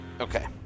Okay